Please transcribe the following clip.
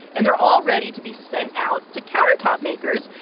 and they're all ready to be sent out to countertop makers,